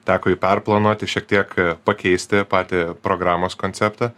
teko jį perplanuoti šiek tiek pakeisti patį programos konceptą